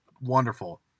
wonderful